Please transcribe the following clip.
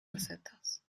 recetas